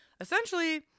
essentially